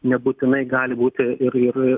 nebūtinai gali būti ir ir